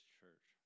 church